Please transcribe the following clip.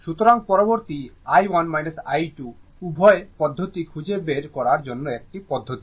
সুতরাং পরবর্তী i1 i2 উভয় পদ্ধতি খুঁজে বের করার জন্য একটি পদ্ধতি